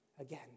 Again